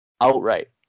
outright